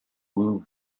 blue